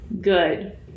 Good